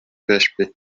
php